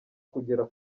kugera